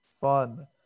fun